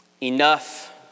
Enough